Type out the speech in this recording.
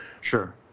Sure